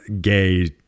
gay